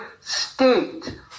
state